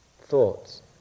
thoughts